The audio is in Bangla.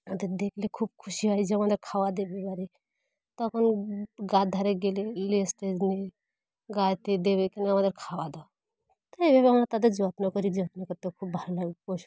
ওদের দেখলে খুব খুশি হয় যে আমাদের খাবার দেবে এবারে তখন গায়ের ধারে গেলে লেজ টেজ নেড়ে গায়েতে দেবে কেন আমাদের খাওয়া দাও তো এইভাবে আমরা তাদের যত্ন করি যত্ন করতে খুব ভালো লাগে পশু